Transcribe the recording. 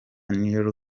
new